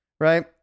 right